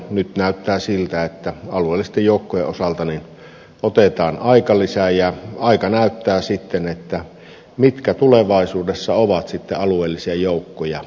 nyt näyttää siltä että alueellisten joukkojen osalta otetaan aikalisä ja aika näyttää sitten mitkä tulevaisuudessa ovat alueellisia joukkoja